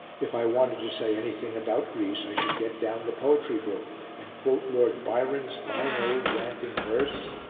if i wanted to say anything about greece i should get down the poetry book and quote lord byron's fine old ranting verse.